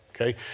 Okay